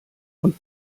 und